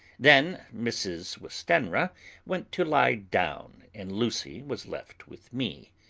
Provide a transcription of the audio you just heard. then mrs. westenra went to lie down, and lucy was left with me.